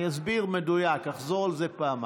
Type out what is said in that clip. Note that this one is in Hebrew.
אני אסביר מדויק, אחזור על זה פעמיים.